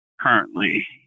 currently